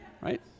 right